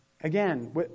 again